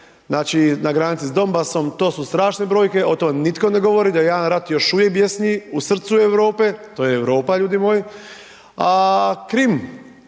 znači na granici s Dombasom, to su strašne brojke, o tome nitko ne govori da jedan rat još uvijek bijesni u srcu Europe, to je Europa ljudi moji, a Krim,